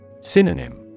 Synonym